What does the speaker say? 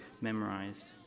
memorized